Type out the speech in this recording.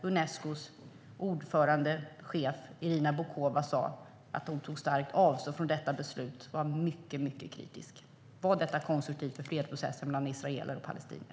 Unescos chef Irina Bokova sa ju till och med att hon tog starkt avstånd från detta beslut och var mycket kritisk. Var detta konstruktivt för fredsprocessen mellan israeler och palestinier?